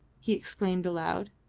he exclaimed aloud.